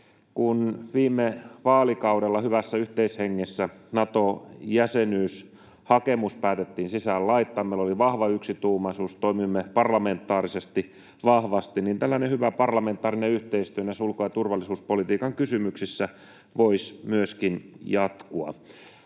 kun viime vaalikaudella hyvässä yhteishengessä Nato-jäsenyyshakemus päätettiin sisään laittaa — meillä oli vahva yksituumaisuus, toimimme parlamentaarisesti vahvasti — niin tällainen hyvä parlamentaarinen yhteistyö myös ulko- ja turvallisuuspolitiikan kysymyksissä voisi myöskin jatkua.